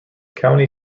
county